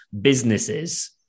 businesses